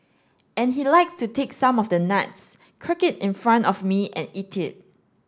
and he likes to take some of the nuts crack it in front of me and eat it